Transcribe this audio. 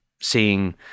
seeing